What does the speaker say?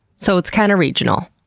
so it's kind of regional.